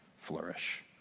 flourish